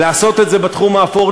לעשות את זה בתחום האפור,